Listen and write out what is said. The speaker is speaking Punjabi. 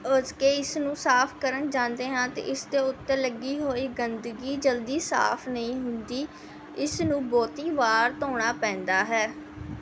ਉਸ ਕੇ ਇਸ ਨੂੰ ਸਾਫ ਕਰਨ ਜਾਂਦੇ ਹਾਂ ਅਤੇ ਇਸ ਦੇ ਉੱਤੇ ਲੱਗੀ ਹੋਈ ਗੰਦਗੀ ਜਲਦੀ ਸਾਫ ਨਹੀਂ ਹੁੰਦੀ ਇਸ ਨੂੰ ਬਹੁਤ ਵਾਰ ਧੋਣਾ ਪੈਂਦਾ ਹੈ